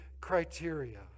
criteria